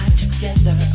together